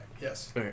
Yes